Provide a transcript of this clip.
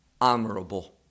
honorable